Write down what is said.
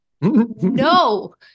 No